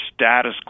status